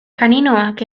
kaninoak